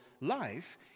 life